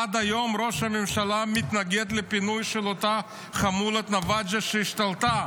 עד היום ראש הממשלה מתנגד לפינוי של אותה חמולת נוואג'עה,